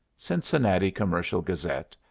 cincinnati commercial gazette,